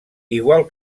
igual